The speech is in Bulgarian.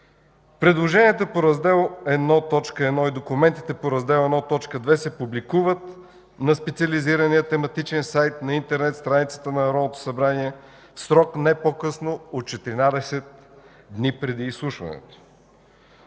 Предложенията по Раздел І, т. 1 и документите по Раздел І, т. 2 се публикуват на специализирания тематичен сайт на интернет страницата на Народното събрание в срок не по-късно от 14 дни преди изслушването.